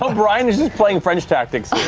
um brian is just playing french tactics